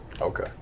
Okay